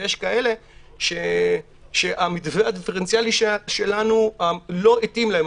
ויש כאלה שהמתווה הדיפרנציאלי שלנו לא התאים להם,